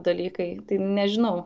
dalykai tai nežinau